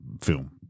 film